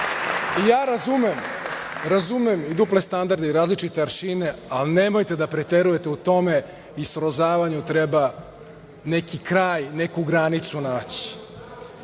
Ja razumem i duple standarde i različite aršine, ali nemojte da preterujete u tome i srozavanju treba neki kraj, neku granicu naći. Što